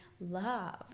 love